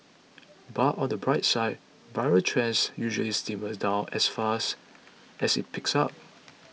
but on the bright side viral trends usually simmer down as fast as it peaks up